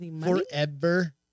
Forever